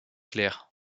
claires